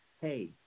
hey